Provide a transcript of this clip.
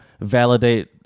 validate